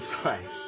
Christ